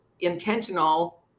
intentional